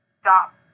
stop